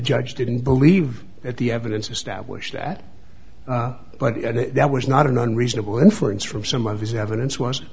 judge didn't believe at the evidence established that but that was not an unreasonable inference from some of his evidence was